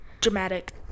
Dramatic